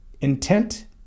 intent